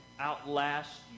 outlast